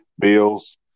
bills